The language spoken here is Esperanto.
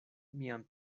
mian